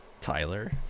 Tyler